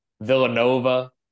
Villanova